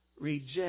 reject